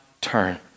turn